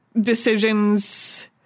decisions